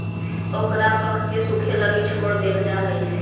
ओकरा पकके सूखे लगी छोड़ देल जा हइ